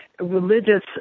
religious